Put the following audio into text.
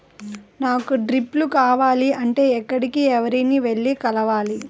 నాకు డ్రిప్లు కావాలి అంటే ఎక్కడికి, ఎవరిని వెళ్లి కలవాలి?